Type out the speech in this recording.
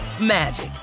magic